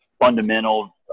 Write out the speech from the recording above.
fundamental